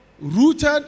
rooted